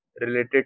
related